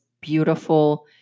beautiful